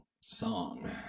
song